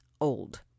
Old